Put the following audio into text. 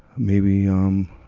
maybe, um,